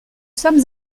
sommes